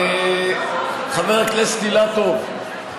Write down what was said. חבר הכנסת אילטוב,